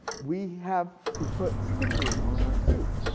we have to put stickers on our fruit.